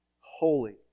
holy